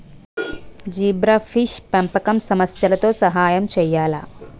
Zebrafish పెంపకం సమస్యలతో సహాయం చేయాలా?